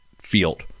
field